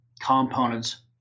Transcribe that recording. components